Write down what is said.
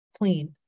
clean